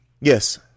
Yes